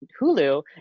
Hulu